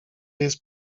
jest